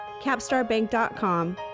CapstarBank.com